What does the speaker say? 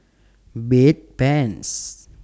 Bedpans